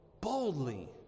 Boldly